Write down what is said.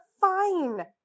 fine